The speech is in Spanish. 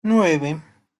nueve